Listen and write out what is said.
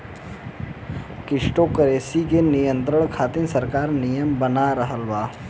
crypto currency के नियंत्रण खातिर सरकार नियम बना रहल बा